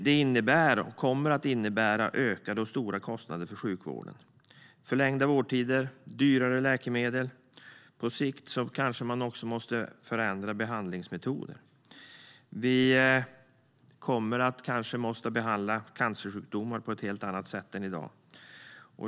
Det innebär, och kommer att innebära, stora och ökade kostnader för sjukvården, förlängda vårdtider och dyrare läkemedel. På sikt kanske man också måste förändra behandlingsmetoder. Vi kanske kommer att behöva behandla cancersjukdomar på ett helt annat sätt än i dag.